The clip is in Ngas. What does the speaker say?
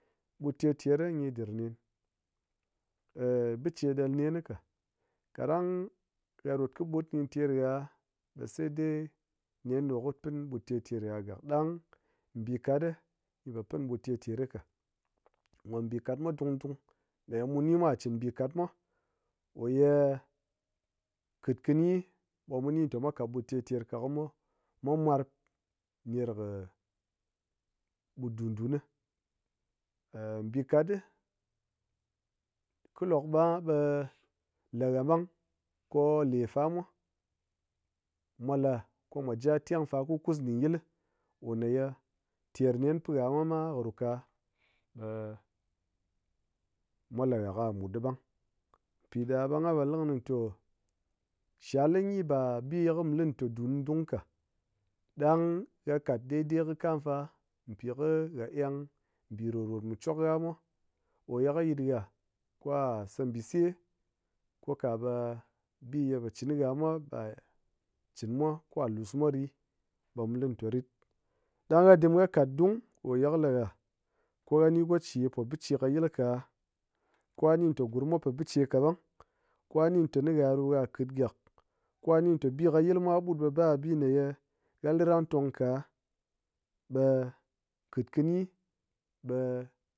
Ɓut ter ter gyi ɗir nen, biche ɗal nen ka, kaɗang ha rot kɨ ɓut gyi ter ha ɓe sai dai nen ɗo kɨ pin ɓut ter ter ha gak ɗang mbikat ɗi gyi po pin ɓut ter ter ka. Ngombikat mwa dung dung ko ne ye mu ni mwa chin mbikatmwa oye kit kɨni ɓe muni te mwa kat ɓut ter ter ka ko mwa mwarp ner kɨ ɓut dun dun ni. mbikat ɗi kɨ lok ɓang ɓe la̱ ha ɓang ko lefamwa mwa la ko mwa ja teng fa kuskus ɗin yil li omaye ter nen pin ha mwa ma kɨ ru ka ɓe-e mwa la hạ kə mut ɗi ɓang, piɗa ɓe gha polini tɔ, shal li pi ye mu lite dun dung ka ɗang ha kat daidai kɨ kam fa pi kɨ ha eng mbi rot rot mi chwok ha mwa oye kɨ yit ha ka̱ sa mbise ko kaɓe bi ye kɨ chin kɨ ha mwa ɓa'a chinmwa kwa lus mwa ɗi ɓe mu lite rit ɗang ha dum ha kat dung koye kɨ le ha ko ha ni ngoche po biche ka yil ka, kwa ni te gurmmwa po biche kaɓag, kwa ni te ni ha ɗo ha kit gak, kwa ni te mbi kayilmwa kɨɓut ɓe ba bi ne ye ha li ɗang tong ka ɓe kit kini ɓe